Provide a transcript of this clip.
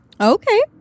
Okay